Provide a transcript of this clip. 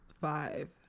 five